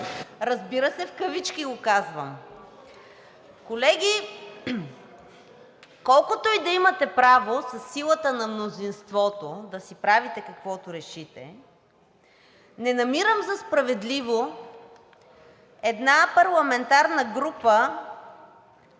Разбира се, в кавички го казвам. Колеги, колкото и да имате право със силата на мнозинството да си правите каквото решите, не намирам за справедливо една парламентарна група,